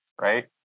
right